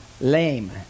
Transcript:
Lame